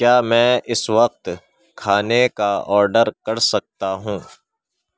کیا میں اس وقت کھانے کا آڈر کر سکتا ہوں